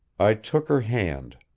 i took her hand.